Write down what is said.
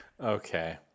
Okay